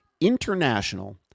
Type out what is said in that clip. International